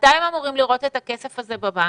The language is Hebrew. מתי הם אמורים לראות את הכסף הזה בבנק?